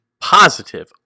positive